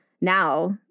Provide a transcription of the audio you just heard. now